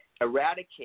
eradicate